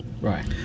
right